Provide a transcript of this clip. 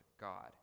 God